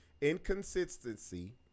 inconsistency